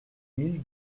mille